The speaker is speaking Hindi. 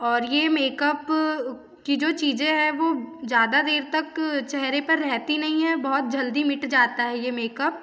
और ये मेक अप कि जो चीज़ें है वो ज़्यादा देर तक चेहरे पर रहती नहीं है बहुत जल्दी मिट जाता है यह मेक अप